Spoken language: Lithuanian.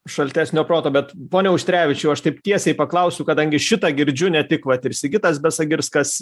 šaltesnio proto bet pone auštrevičiau aš taip tiesiai paklausiu kadangi šitą girdžiu ne tik vat ir sigitas besagirskas